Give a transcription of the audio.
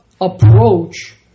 approach